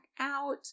out